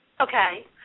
Okay